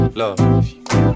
love